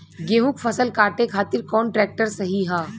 गेहूँक फसल कांटे खातिर कौन ट्रैक्टर सही ह?